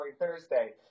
Thursday